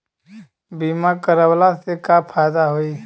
बीमा करवला से का फायदा होयी?